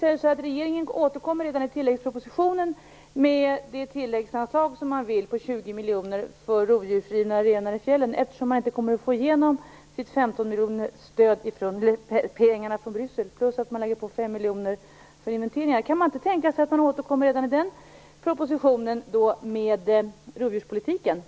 Det visade sig att regeringen återkommer i tilläggspropositionen med det tilläggsanslag som man vill ha på 20 miljoner kronor för rovdjursrivna renar i fjällen eftersom man inte kommer att få igenom sitt 15-miljonerkronorsstöd, pengarna från Bryssel, och dessutom lägger på fem miljoner kronor för inventeringar. Kan man inte tänka sig att man redan i den propositionen återkom med rovdjurspolitiken?